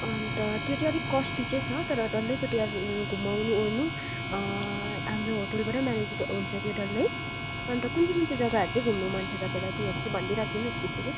अन्त त्यो चाहिँ अलिक कस्टली चाहिँ छ तर डल्लैपट्टि घुमाउनु ओर्नु हाम्रो होटेलबाट म्यानेज हुन्छ त्यो डल्लै अन्त कुन चाहिँ कुन चाहिँ जगाहरू चाहिँ घुम्नु मन छ तपाईँलाई त्योहरू चाहिँ भनिदिराखिदिनु होस् त्यसरी